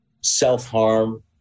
self-harm